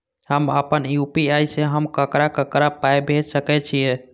हम आपन यू.पी.आई से हम ककरा ककरा पाय भेज सकै छीयै?